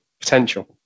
Potential